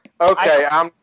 Okay